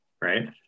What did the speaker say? right